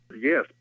yes